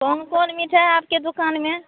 कौन कौन मिठाई है आपकी दुकान में